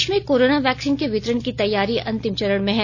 देश में corona vaccine के वितरण की तैयारी अंतिम चरण में है